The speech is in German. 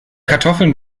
kartoffeln